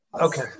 Okay